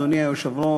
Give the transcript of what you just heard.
אדוני היושב-ראש,